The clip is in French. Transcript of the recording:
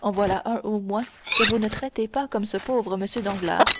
en voilà un au moins que vous ne traitez pas comme ce pauvre m danglars